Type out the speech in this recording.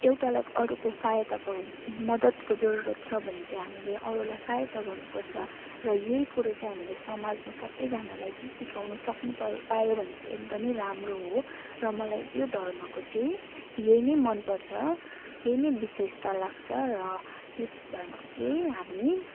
एउटालाई अरूको सहायताको मदतको जरुरत छ भने चाहिँ हामीले अरूलाई सहायता गर्नुपर्छ र यही कुरो चाहिँ हामीले समाजमा सबैजनालाई चाहिँ सिकाउनु सक्नुपऱ्यो पायो भने चाहिँ एकदमै राम्रो र मलाई त्यो धर्मको चाहिँ यही नै मनपर्छ यही नै विशेषता लाग्छ र यस धर्मको चाहिँ हामी